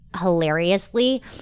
hilariously